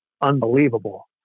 unbelievable